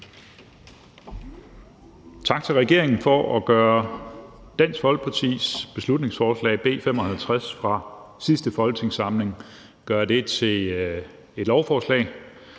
Tak til regeringen for at gøre Dansk Folkepartis beslutningsforslag B 55 fra sidste folketingssamling til et lovforslag.